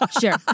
Sure